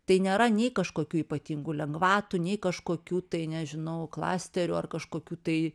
tai nėra nei kažkokių ypatingų lengvatų nei kažkokių tai nežinau klasterių ar kažkokių tai